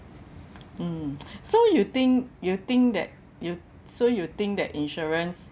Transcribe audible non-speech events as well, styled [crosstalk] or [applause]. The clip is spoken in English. mm [noise] so you think you think that you so you think that insurance